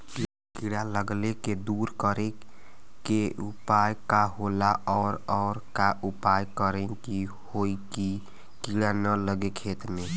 कीड़ा लगले के दूर करे के उपाय का होला और और का उपाय करें कि होयी की कीड़ा न लगे खेत मे?